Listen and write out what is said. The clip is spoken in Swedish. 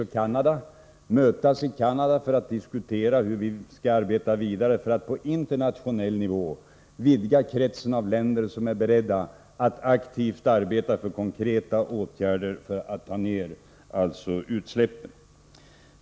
Vi skall i slutet av mars mötas i Canada för att diskutera hur vi skall arbeta vidare för att på internationell nivå vidga kretsen av länder som är beredda att aktivt arbeta för konkreta åtgärder för att minska utsläppen.